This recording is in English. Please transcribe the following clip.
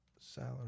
salary